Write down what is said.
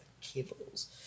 Cables